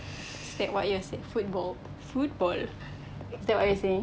is that what you're say football football is that what you're saying